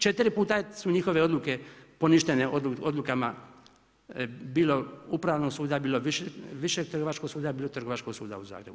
4 puta su njihove odluke poništene, odlukama bilo Upravnog suda, bilo Višeg trgovačkog suda, bilo Trgovačkog suda u Zagrebu.